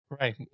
right